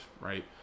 right